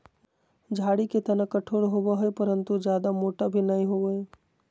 झाड़ी के तना कठोर होबो हइ परंतु जयादा मोटा भी नैय होबो हइ